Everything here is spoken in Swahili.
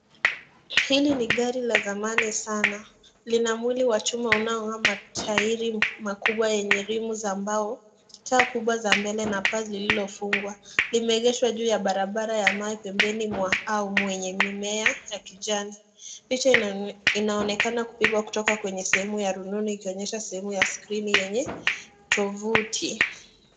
Hili ni gari la zamani sana , lina mwili wa chuma na matairi makubwa yenye rimu za mbao, taa kubwa za mbele na paa lililofungwa. Limeegeshwa juu ya barabara ya mawe ,pembeni mwa au mwenye mimea ya kijani. Picha inaonekana kupigwa kutoka kwenye sehemu ya rununu, ikionyesha sehemu ya skrini yenye tovuti.